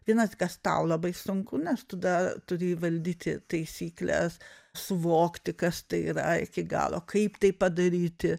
vienas kas tau labai sunku nes tu dar turi įvaldyti taisykles suvokti kas tai yra iki galo kaip tai padaryti